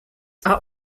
are